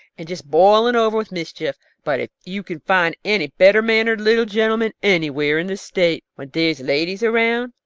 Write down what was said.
and just boiling over with mischief, but if you can find any better-mannered little gentlemen anywhere in the state when there's ladies around,